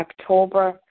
October